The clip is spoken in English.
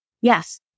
Yes